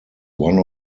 one